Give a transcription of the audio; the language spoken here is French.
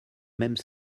même